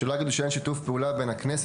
שלא יגידו שאין שיתוף פעולה בין הכנסת